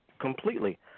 completely